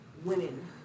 women